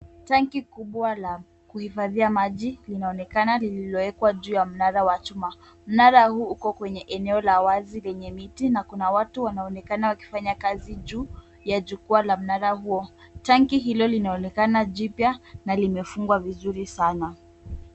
Tanki kubwa la kuhifadhia maji linaonekana lililoekwa juu ya mnara wa chuma. Mnara huu uko kwenye eneo la wazi lenye miti na kuna watu wanaonekana wakifanya kazi juu ya jukwaa la mnara huo. Tanki hilo linaonekana jipya na limefungwa vizuri sana.